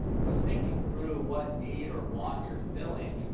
so thinking through what need or want you're filling,